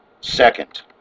Second